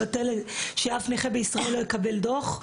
שאף נכה בישראל לא יקבל דוח.